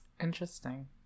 Interesting